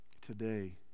today